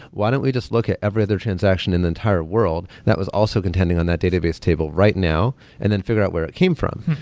why don't we just look at every other transaction in the entire world that was also contending on that database table right now and then figure out where it came from?